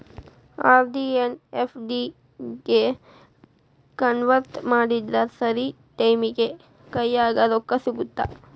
RD ಎನ್ನಾ FD ಗೆ convert ಮಾಡಿದ್ರ ಸರಿ ಟೈಮಿಗಿ ಕೈಯ್ಯಾಗ ರೊಕ್ಕಾ ಸಿಗತ್ತಾ